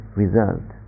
result